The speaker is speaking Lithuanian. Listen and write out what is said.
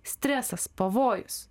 stresas pavojus